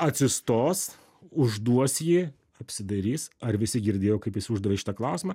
atsistos užduos jį apsidairys ar visi girdėjo kaip jis uždavė šitą klausimą